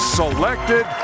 selected